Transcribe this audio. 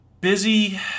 Busy